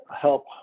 help